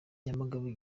nyamagabe